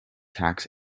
tax